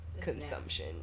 consumption